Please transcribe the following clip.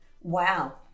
Wow